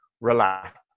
relax